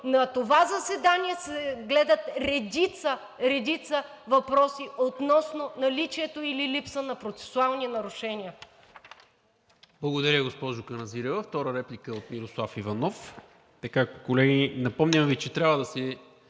На това заседание се гледат редица, редица въпроси относно наличието или липсата на процесуални нарушения.